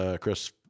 Chris